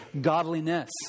godliness